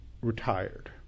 retired